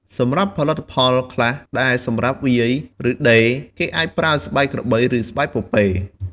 សម្រាប់ផលិតផលខ្លះដែលសម្រាប់វាយ ឬដេរ គេអាចប្រើស្បែកក្របី ឬស្បែកពពែ។